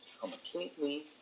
completely